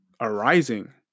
arising